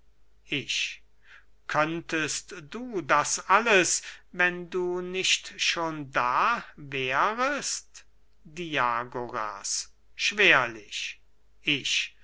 ich könntest du das alles wenn du nicht schon da wärest diagoras schwerlich ich